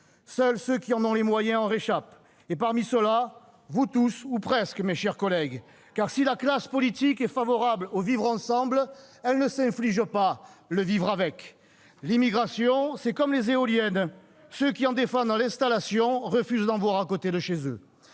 Seuls ceux qui en ont les moyens en réchappent, et parmi ceux-là, vous tous ou presque mes chers collègues ! Car si la classe politique est favorable au vivre ensemble, elle ne s'inflige pas le « vivre avec ». L'immigration, c'est comme les éoliennes : ceux qui en défendent l'installation refusent d'en voir à côté de chez eux.